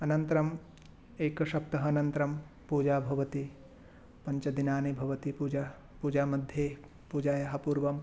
अनन्तरम् एकसप्ताहानन्तरं पूजा भवति पञ्चदिनानि भवति पूजा पूजा मध्ये पूजायाः पूर्वं